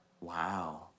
Wow